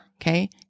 okay